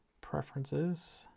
preferences